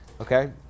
Okay